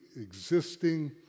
existing